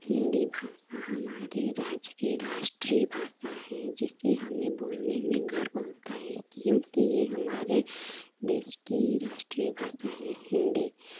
हिन्दी भाषा हमारी राज्य की राष्ट्रीय भाषा है जिसे हमें बोलने में गर्व होता है क्योंकि यह हमारे देश की राष्ट्रीय भाषा है हिन्दी